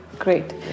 great